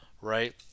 right